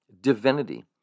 divinity